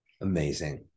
Amazing